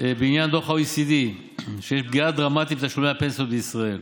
בעניין דוח ה-OECD שיש פגיעה דרמטית בתשלומי הפנסיות בישראל.